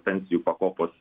pensijų pakopos